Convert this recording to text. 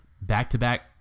back-to-back